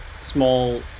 small